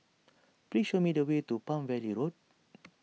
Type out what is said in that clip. please show me the way to Palm Valley Road